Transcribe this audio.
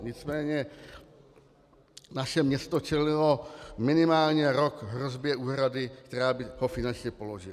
Nicméně naše město čelilo minimálně rok hrozbě úhrady, která by ho finančně položila.